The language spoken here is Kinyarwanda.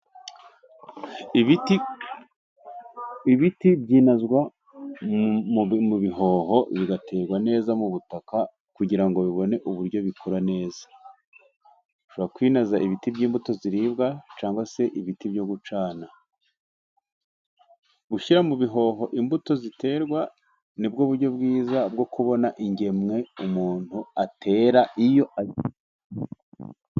Ibiti byinazwa mu bihoho, bigaterwa neza mu butaka, kugira ngo bibone uko bikura neza. Ushobora kwinaza ibiti by'imbuto ziribwa cyangwa se ibiti byo gucana. Gushyira mu bihombo imbuto ziterwa, nibwo buryo bwiza bwo kubona ingemwe umuntu atera iyo agiye....